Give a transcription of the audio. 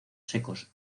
secos